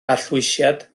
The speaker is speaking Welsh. arllwysiad